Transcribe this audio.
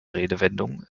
redewendung